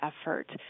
effort